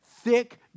thick